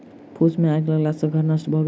फूस मे आइग लगला सॅ घर नष्ट भ गेल